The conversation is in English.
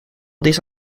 these